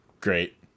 Great